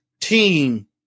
team